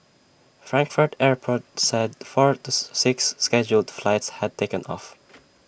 Frankfurt airport said four of six scheduled flights had taken off